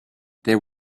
there